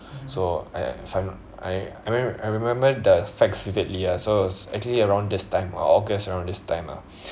so I if I I mean I remember the facts vividly so it's actually around this time or august around this time ah